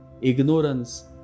Ignorance